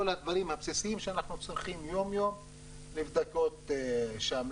כל הדברים הבסיסיים שאנחנו צורכים יום-יום נבדקים שם.